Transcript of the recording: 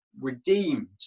redeemed